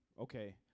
Okay